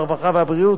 הרווחה והבריאות,